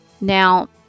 Now